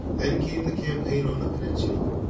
then came the campaign on the peninsula.